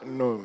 no